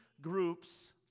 groups